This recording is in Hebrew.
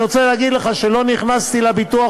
ואני רוצה להגיד לך שלא נכנסתי לביטוח